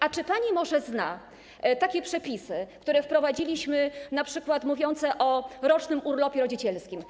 A czy pani może zna przepisy, które wprowadziliśmy, np. mówiące o rocznym urlopie rodzicielskim?